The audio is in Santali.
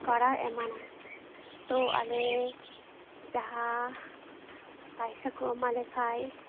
ᱠᱟᱨᱟᱣ ᱮᱢᱟᱱᱟ ᱛᱚ ᱟᱞᱮ ᱡᱟᱦᱟᱸ ᱯᱟᱭᱥᱟ ᱠᱚ ᱮᱢᱟᱞᱮ ᱠᱷᱟᱡ